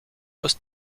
post